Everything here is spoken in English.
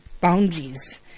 boundaries